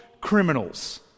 criminals